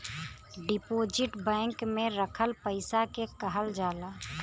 deposit bank में रखल पइसा के कहल जाला